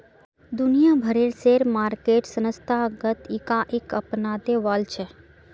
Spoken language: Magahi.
दुनिया भरेर शेयर मार्केट संस्थागत इकाईक अपनाते वॉल्छे